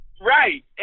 Right